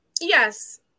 yes